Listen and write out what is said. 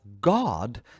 God